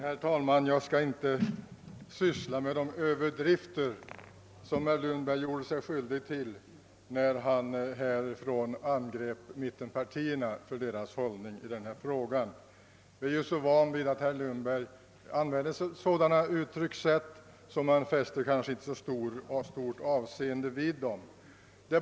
Herr talman! Jag skall inte ta upp de överdrifter som herr Lundberg gjorde sig skyldig till, när han från denna talarstol angrep mittenpartierna för deras hållning i denna fråga. Vi är så vana vid att herr Lundberg använder sådana uttryckssätt att vi inte fäster stort avseende vid dem.